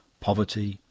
poverty,